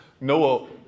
Noah